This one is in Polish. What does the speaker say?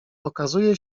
okazuje